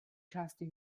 části